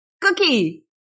Cookie